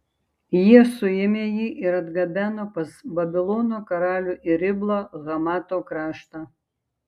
jie suėmė jį ir atgabeno pas babilono karalių į riblą hamato kraštą